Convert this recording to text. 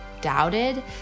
doubted